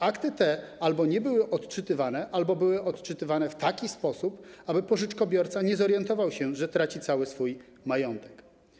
Akty te albo nie były odczytywane, albo odczytywane w taki sposób, aby pożyczkobiorca nie zorientował się, że traci cały swój majątek.